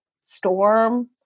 storm